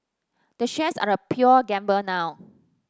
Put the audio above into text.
the shares are a pure gamble now